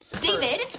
David